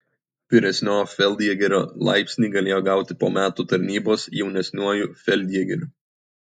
vyresniojo feldjėgerio laipsnį galėjo gauti po metų tarnybos jaunesniuoju feldjėgeriu